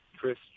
Chris